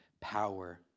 power